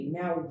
now